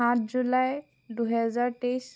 সাত জুলাই দুহেজাৰ তেইছ